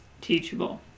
teachable